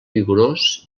vigorós